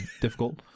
difficult